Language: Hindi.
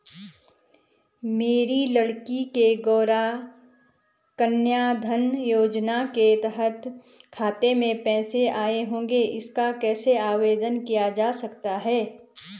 मेरी लड़की के गौंरा कन्याधन योजना के तहत खाते में पैसे आए होंगे इसका कैसे आवेदन किया जा सकता है?